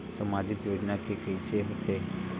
सामाजिक योजना के कइसे होथे?